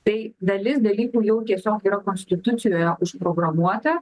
tai dalis dalykų jau tiesiog yra konstitucijoje užprogramuota